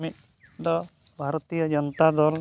ᱢᱤᱫ ᱫᱚ ᱵᱷᱟᱨᱚᱛᱤᱭᱚ ᱡᱚᱱᱚᱛᱟ ᱫᱚᱞ